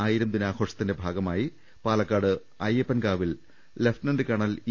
ആയിരം ദിനാ ഘോഷത്തിന്റെ ഭാഗമായി പാലക്കാട് അയ്യപ്പൻകാവിൽ ലെഫ്റ്റനന്റ് കേണൽ ഇ